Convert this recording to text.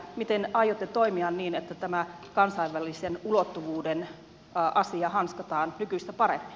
miten aiotte toimia niin että tämä kansainvälisen ulottuvuuden asia hanskataan nykyistä paremmin